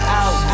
out